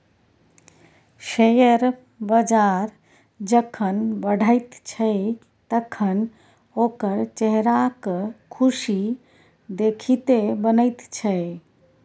share बजार जखन बढ़ैत छै तखन ओकर चेहराक खुशी देखिते बनैत छै